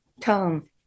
tone